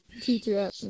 teacher